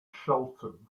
shelton